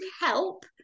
help